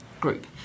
group